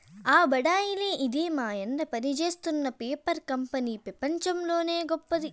ఆ బడాయిలే ఇదే మాయన్న పనిజేత్తున్న పేపర్ కంపెనీ పెపంచంలోనే గొప్పది